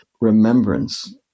remembrance